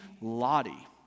Lottie